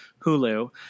Hulu